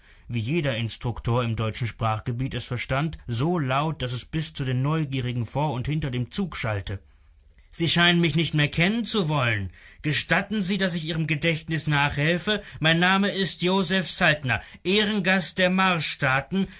wie jeder instruktor im deutschen sprachgebiet es verstand so laut daß es bis zu den neugierigen vor und hinter dem zug schallte sie scheinen mich nicht mehr kennen zu wollen gestatten sie daß ich ihrem gedächtnis nachhelfe mein name ist josef saltner ehrengast der